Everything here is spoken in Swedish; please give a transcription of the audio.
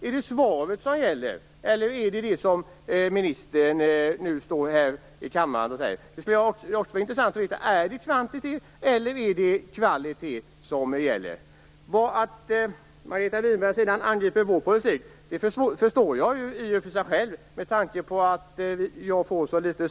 Är det svaret eller det som ministern nu säger i kammaren? Det vore intressant att få veta. Är det kvantitet eller kvalitet som gäller? Jag förstår att Margareta Winberg angriper vår politik.